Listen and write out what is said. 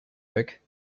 traffic